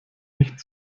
nicht